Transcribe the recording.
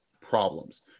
problems